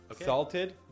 Salted